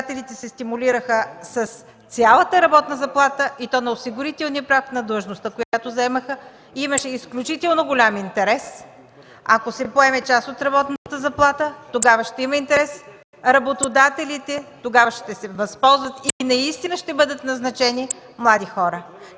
работодателите се стимулираха с цялата работна заплата, и то на осигурителния праг на длъжността, която заемаха – имаше изключително голям интерес. Ако се поеме част от работната заплата, тогава работодателите ще имат интерес, тогава ще се възползват и наистина ще бъдат назначени млади хора.